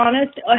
honest